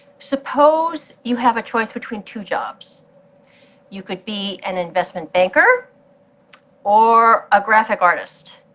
suppose you have a choice between two jobs you could be an investment banker or a graphic artist.